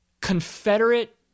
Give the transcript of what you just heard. Confederate